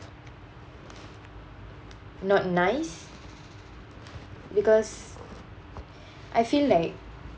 not nice because I feel like